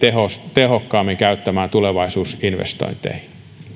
tehokkaammin käyttämään tulevaisuusinvestointeihin